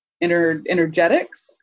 energetics